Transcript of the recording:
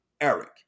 Eric